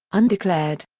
undeclared.